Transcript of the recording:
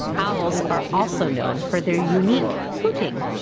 owls are also known for their unique hooting.